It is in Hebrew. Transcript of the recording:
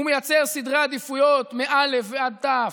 הוא מייצר סדרי עדיפויות מאל"ף ועד תי"ו,